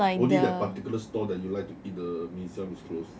only that particular store that you like to eat the mee siam is closed